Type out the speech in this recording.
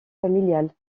familiale